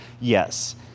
Yes